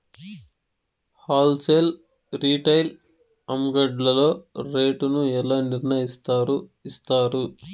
Whole sale retail అంగడ్లలో rate ను ఎలా నిర్ణయిస్తారు యిస్తారు?